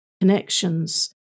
connections